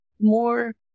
more